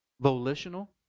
volitional